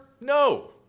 no